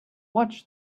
watch